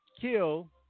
kill